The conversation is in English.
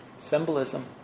Symbolism